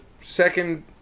second